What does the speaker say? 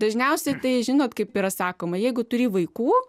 dažniausiai tai žinot kaip yra sakoma jeigu turi vaikų